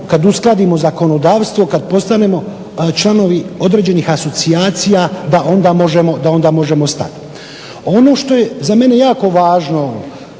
kad uskladimo zakonodavstvo, kad postanemo članovi određenih asocijacija da onda možemo stati. Ono što je za mene jako važno,